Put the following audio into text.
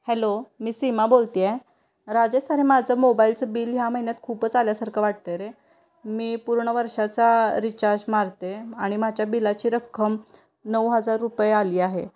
hello मी सीमा बोलते आहे राजेस अरे माझं मोबाईलचं बिल ह्या महिन्यात खूपच आल्यासारखं वाटतं रे मी पूर्ण वर्षाचा रिचार्ज मारते आणि माझ्या बिलाची रक्कम नऊ हजार रुपये आली आहे